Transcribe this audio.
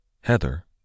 Heather